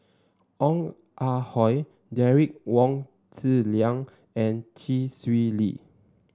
Ong Ah Hoi Derek Wong Zi Liang and Chee Swee Lee